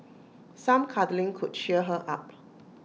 some cuddling could cheer her up